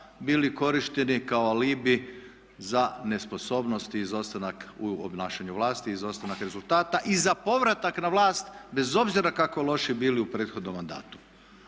bili korišteni kao alibi za nesposobnost i izostanak u obnašanju vlasti, izostanak rezultata i za povratak na vlast bez obzira kako loši bili u prethodnom mandatu.